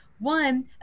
One